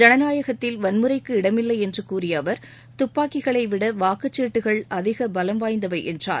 ஜனநாயகத்தில் வன்முறைக்கு இடமில்லை என்று கூறிய அவர் துப்பாக்கிகளைவிட வாக்குச்சீட்டுகள் அதிக பலம் வாய்ந்தவை என்றார்